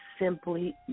simply